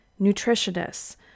Nutritionists